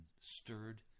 stirred